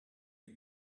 you